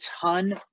ton